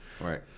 Right